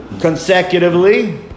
consecutively